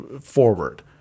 forward